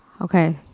Okay